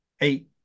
eight